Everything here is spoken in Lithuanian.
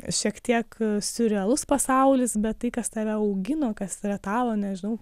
šiek tiek siurealus pasaulis bet tai kas tave augino kas yra tavo nežinau